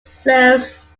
serves